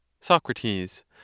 Socrates